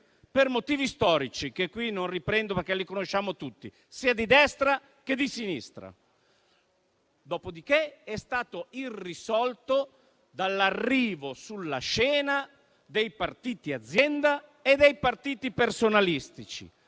per motivi storici che qui non riprendo, perché li conosciamo tutti, sia di destra che di sinistra. Dopodiché è stato irrisolto dall'arrivo sulla scena dei partiti azienda e dei partiti personalistici.